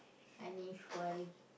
Ganesh why